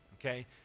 okay